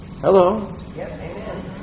Hello